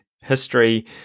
history